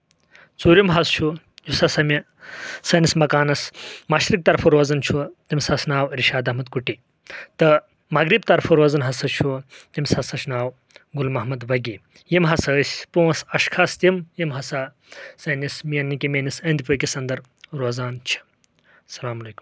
ژوٗرِم حظ چھُ یُس ہسا مےٚ سٲنِس مکانَس مَشرِق طرفہٕ روزان چھُ تٔمِس ہسا ناو اَرشاد اَحمد کُٹے تہٕ مغرِب طرفہٕ روزان ہسا چھُ تٔمِس ہاسا چھُ ناو گُل محمد وگے یِم ہسا ٲسۍ یِم اَشخاص تِم ہسا سٲنِس یعنی کہِ میٲنِس أنٛدۍ پٔکِس اَنٛدر روزان چھِ السلام علیٚکُم